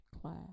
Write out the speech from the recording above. class